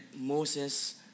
Moses